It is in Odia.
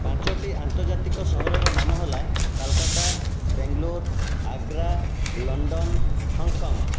ପାଞ୍ଚୋଟି ଆନ୍ତର୍ଜାତିକ ସହରର ନାମ ହେଲା କୋଲକାତା ବାଙ୍ଗଲୋର ଆଗ୍ରା ଲଣ୍ଡନ ହଂକଂ